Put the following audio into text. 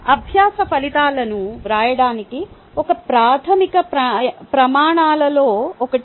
అభ్యాస ఫలితాలను వ్రాయడానికి ఇది ప్రాథమిక ప్రమాణాలలో ఒకటి